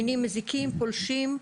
מינים מזיקים, פולשים.